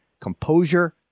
composure